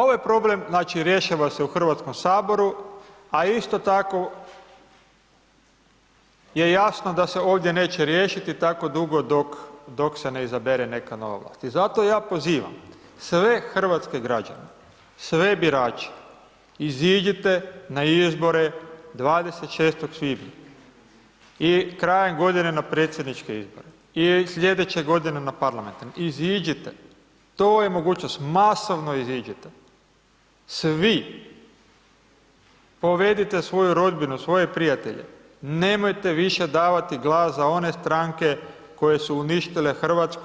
Ovo je problem, znači, rješava se u HS, a isto tako je jasno da se ovdje neće riješiti tako dugo dok se ne izabere neka nova vlast i zato ja pozivam sve hrvatske građane, sve birače, iziđite na izbore 26. svibnja i krajem godine na predsjedničke izbore i slijedeće godine na parlamentarne, iziđite, to je mogućnost, masovno iziđite, svi, povedite svoju rodbinu, svoje prijatelje, nemojte više davati glas za one stranke koje su uništile RH,